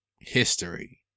history